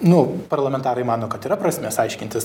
nu parlamentarai mano kad yra prasmės aiškintis